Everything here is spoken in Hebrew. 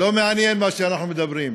לא מעניין מה שאנחנו מדברים,